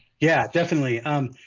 yeah definitely um